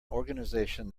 organisation